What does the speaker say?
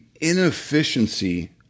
inefficiency